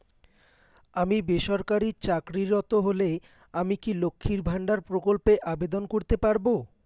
আমি বেসরকারি চাকরিরত হলে আমি কি লক্ষীর ভান্ডার প্রকল্পে আবেদন করতে পারব?